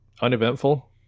uneventful